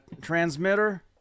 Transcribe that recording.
transmitter